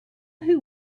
who